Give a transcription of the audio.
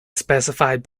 specified